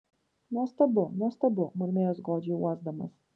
nuostabu nuostabu murmėjo jis godžiai uosdamas